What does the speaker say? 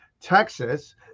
texas